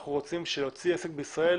אנחנו רוצים שלפתוח עסק בישראל